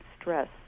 stress